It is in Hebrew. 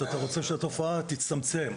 אתה רוצה שהתופעה תצטמצם.